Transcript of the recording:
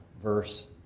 verse